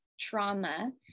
trauma